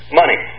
money